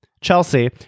Chelsea